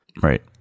Right